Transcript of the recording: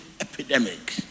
epidemic